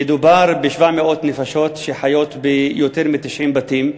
מדובר ב-700 נפשות שחיות ביותר מ-90 בתים.